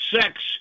sex